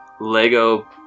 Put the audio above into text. lego